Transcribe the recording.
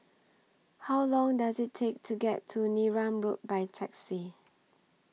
How Long Does IT Take to get to Neram Road By Taxi